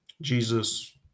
Jesus